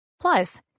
Plus